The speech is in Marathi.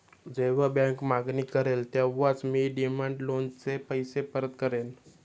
जेव्हा बँक मागणी करेल तेव्हाच मी डिमांड लोनचे पैसे परत करेन